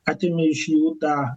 atėmė iš jų tą